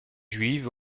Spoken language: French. juive